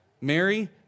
Mary